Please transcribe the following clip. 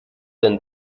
denn